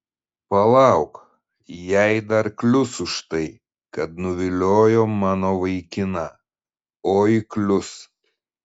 palauk jai dar klius už tai kad nuviliojo mano vaikiną oi klius